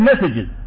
messages